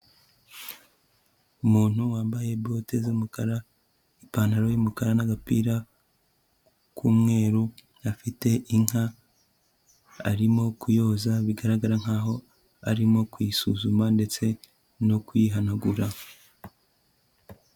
Umuntu wambaye bote z'umukara ipantaro y'umukara n'agapira k'umweru, afite inka arimo kuyoza bigaragara nkaho arimo kuyisuzuma ndetse no kuyihanagura.